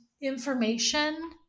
information